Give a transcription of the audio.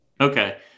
Okay